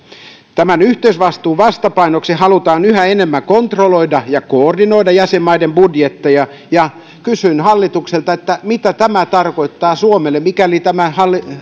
tämän yhteisvastuun vastapainoksi halutaan yhä enemmän kontrolloida ja koordinoida jäsenmaiden budjetteja kysyn hallitukselta mitä tämä tarkoittaa suomelle mikäli tämä